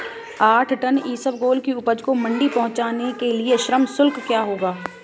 आठ टन इसबगोल की उपज को मंडी पहुंचाने के लिए श्रम शुल्क कितना होगा?